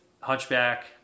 Hunchback